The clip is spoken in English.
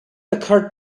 occurred